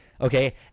okay